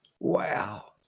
Wow